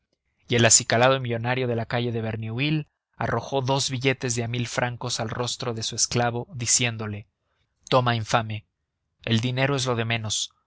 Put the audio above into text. y el acicalado millonario de la calle de verneuil arrojó dos billetes de a mil francos al rostro de su esclavo diciéndole toma infame el dinero es lo de menos